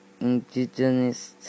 indigenous